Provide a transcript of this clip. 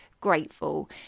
grateful